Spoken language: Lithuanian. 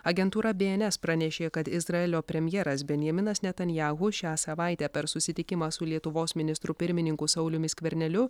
agentūra bns pranešė kad izraelio premjeras benjaminas netanyahu šią savaitę per susitikimą su lietuvos ministru pirmininku sauliumi skverneliu